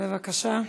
בבקשה.